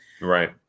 right